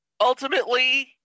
Ultimately